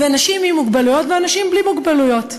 ואנשים עם מוגבלויות ואנשים בלי מוגבלויות.